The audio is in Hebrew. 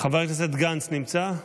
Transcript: חבר הכנסת גנץ נמצא?